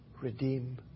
redeem